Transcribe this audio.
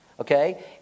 Okay